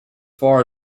far